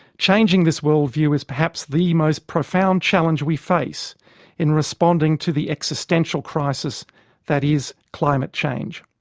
changing this world-view is perhaps the most profound challenge we face in responding to the existential crisis that is climate change.